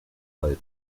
por